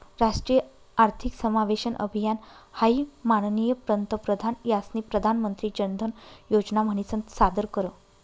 राष्ट्रीय आर्थिक समावेशन अभियान हाई माननीय पंतप्रधान यास्नी प्रधानमंत्री जनधन योजना म्हनीसन सादर कर